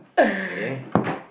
okay